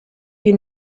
you